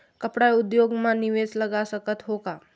कपड़ा उद्योग म निवेश लगा सकत हो का?